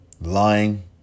Lying